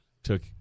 took